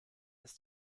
ist